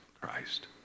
Christ